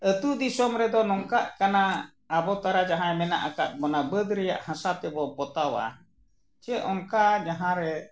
ᱟᱛᱳ ᱫᱤᱥᱚᱢ ᱨᱮᱫᱚ ᱱᱚᱝᱠᱟᱜ ᱠᱟᱱᱟ ᱟᱵᱚ ᱛᱟᱨᱟ ᱡᱟᱦᱟᱸᱭ ᱢᱮᱱᱟᱜ ᱟᱠᱟᱫ ᱵᱚᱱᱟ ᱵᱟᱹᱫᱽ ᱨᱮᱱᱟᱜ ᱦᱟᱥᱟ ᱛᱮᱵᱚ ᱯᱚᱛᱟᱣᱟ ᱥᱮ ᱚᱱᱠᱟ ᱡᱟᱦᱟᱸ ᱨᱮ